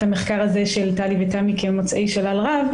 את המחקר הזה של טלי ותמי כמוצאי שלל רב,